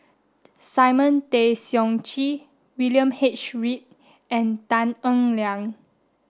Simon Tay Seong Chee William H Read and Tan Eng Liang